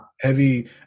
heavy